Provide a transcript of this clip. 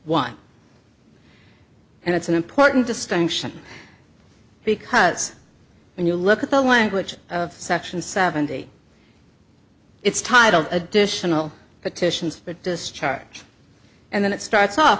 one and it's an important distinction because when you look at the language section seventy it's titled additional petitions for discharge and then it starts off